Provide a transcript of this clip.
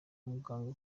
muganga